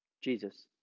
Jesus